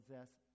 possess